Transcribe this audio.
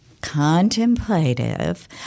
contemplative